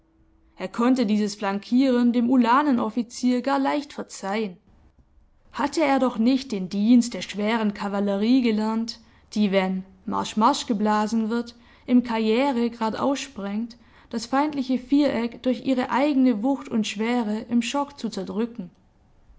er konnte dieses flankieren dem ulanenoffizier gar leicht verzeihen hatte er doch nicht den dienst der schweren kavallerie gelernt die wenn marsch marsch geblasen wird im karriere gradaus sprengt das feindliche viereck durch ihre eigene wucht und schwere im chok zu zerdrücken